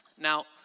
Now